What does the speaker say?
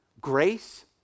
grace